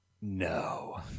No